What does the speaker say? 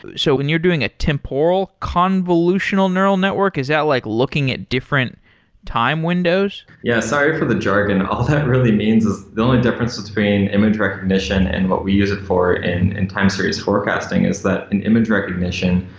so when you're doing a temporal convolutional neural network, is that like looking at different time windows? yeah. sorry for the jargon. all that really means is the only difference between image recognition and what we use it for in in time series forecasting is that an image recognition,